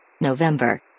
November